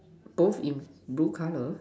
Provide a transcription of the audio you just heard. both in blue color